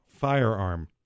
firearm